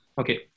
Okay